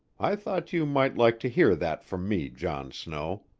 i thought you might like to hear that from me, john snow.